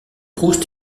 proust